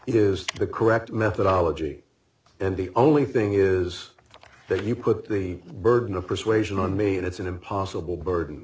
is the correct methodology and the only thing is that he put the burden of persuasion on me and it's an impossible burden